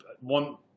One